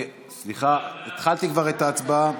סליחה, כבר התחלתי את ההצבעה.